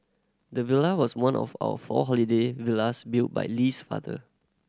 the villa was one of four holiday villas built by Lee's father